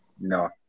No